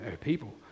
people